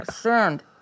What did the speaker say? Sand